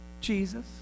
Jesus